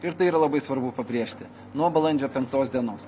ir tai yra labai svarbu pabrėžti nuo balandžio penktos dienos